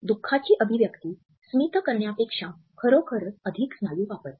दुखाःची अभिव्यक्ति स्मित करण्यापेक्षा खरोखरच अधिक स्नायू वापरते